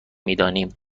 میدانیم